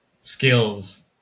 skills